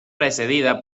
precedida